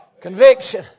Conviction